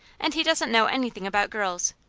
and he doesn't know anything about girls,